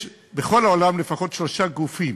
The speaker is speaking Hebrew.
יש בכל העולם לפחות שלושה גופים: